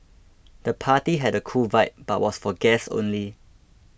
the party had a cool vibe but was for guests only